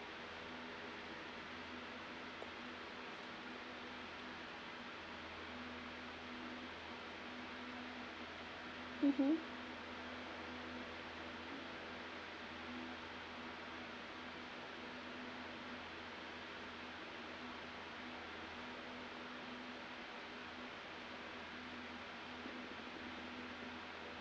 mmhmm